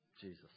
Jesus